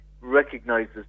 recognises